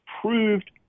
proved